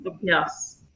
Yes